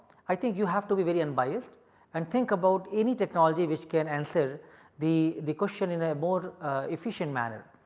i think you have to be very unbiased and think about any technology which can answer the the question in a more efficient manner.